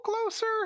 closer